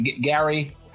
Gary